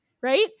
right